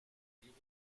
gehege